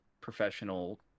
professional